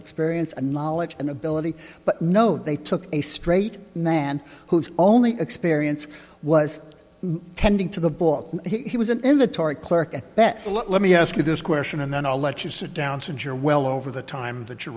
experience and knowledge and ability but no they took a straight man whose only experience was tending to the ball he was an inventory clerk at that so let me ask you this question and then i'll let you sit down since you're well over the time that you